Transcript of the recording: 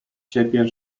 ciebie